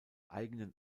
eigenen